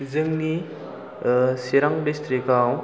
जोंनि चिरां डिसट्रिक्टआव